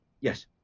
yes